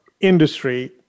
industry